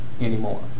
anymore